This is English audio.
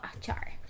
char